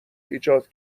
ایجاد